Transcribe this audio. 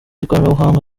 ikoranabuhanga